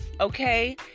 okay